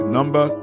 number